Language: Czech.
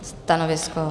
Stanovisko?